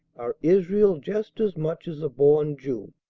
are israel just as much as a born jew.